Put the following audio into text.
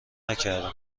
نکردم